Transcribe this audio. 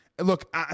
Look